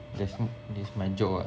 that's no that's my job [what]